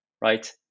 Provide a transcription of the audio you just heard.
Right